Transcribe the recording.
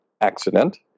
accident